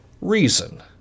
reason